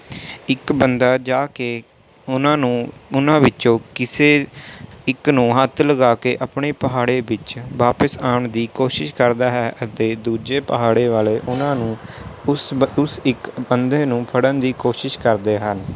ਇੱਕ ਬੰਦਾ ਜਾ ਕੇ ਉਹਨਾਂ ਨੂੰ ਉਹਨਾਂ ਵਿੱਚੋਂ ਕਿਸੇ ਇੱਕ ਨੂੰ ਹੱਥ ਲਗਾ ਕੇ ਆਪਣੇ ਪਾੜੇ ਵਿੱਚ ਵਾਪਸ ਆਉਣ ਦੀ ਕੋਸ਼ਿਸ਼ ਕਰਦਾ ਹੈ ਅਤੇ ਦੂਜੇ ਪਾੜੇ ਵਾਲੇ ਉਹਨਾਂ ਨੂੰ ਉਸ ਉਸ ਇੱਕ ਬੰਦੇ ਨੂੰ ਫੜਨ ਦੀ ਕੋਸ਼ਿਸ਼ ਕਰਦੇ ਹਨ